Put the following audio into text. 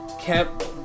kept